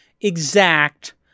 exact